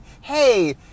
hey